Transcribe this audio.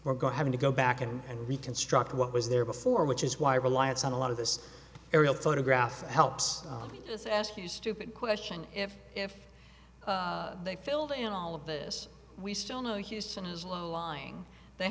we're going to go back and reconstruct what was there before which is why reliance on a lot of this aerial photograph helps us ask you stupid question if if they filled in all of this we still know houston is low lying they